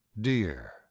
Dear